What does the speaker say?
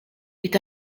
est